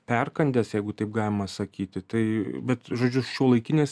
perkandęs jeigu taip galima sakyti tai bet žodžiu šiuolaikinės